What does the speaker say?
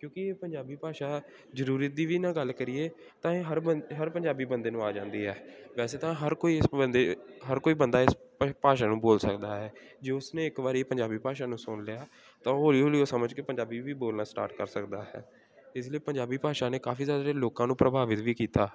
ਕਿਉਂਕਿ ਇਹ ਪੰਜਾਬੀ ਭਾਸ਼ਾ ਜ਼ਰੂਰਤ ਦੀ ਵੀ ਨਾ ਗੱਲ ਕਰੀਏ ਤਾਂ ਇਹ ਹਰ ਬੰ ਹਰ ਪੰਜਾਬੀ ਬੰਦੇ ਨੂੰ ਆ ਜਾਂਦੀ ਹੈ ਵੈਸੇ ਤਾਂ ਹਰ ਕੋਈ ਇਸ ਬੰਦੇ ਹਰ ਕੋਈ ਬੰਦਾ ਇਸ ਭਾਸ਼ਾ ਨੂੰ ਬੋਲ ਸਕਦਾ ਹੈ ਜੇ ਉਸ ਨੇ ਇੱਕ ਵਾਰੀ ਪੰਜਾਬੀ ਭਾਸ਼ਾ ਨੂੰ ਸੁਣ ਲਿਆ ਤਾਂ ਉਹ ਹੌਲੀ ਹੌਲੀ ਉਹ ਸਮਝ ਕੇ ਪੰਜਾਬੀ ਵੀ ਬੋਲਣਾ ਸਟਾਰਟ ਕਰ ਸਕਦਾ ਹੈ ਇਸ ਲਈ ਪੰਜਾਬੀ ਭਾਸ਼ਾ ਨੇ ਕਾਫੀ ਸਾਰੇ ਲੋਕਾਂ ਨੂੰ ਪ੍ਰਭਾਵਿਤ ਵੀ ਕੀਤਾ